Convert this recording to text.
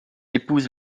épouse